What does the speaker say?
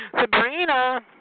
Sabrina